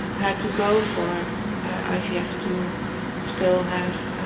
had to go for ivf yeah to still have